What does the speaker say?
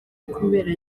kubera